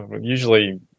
Usually